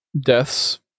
deaths